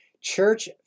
church